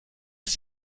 ist